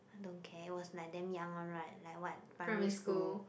don't care was like damn young one right like what primary school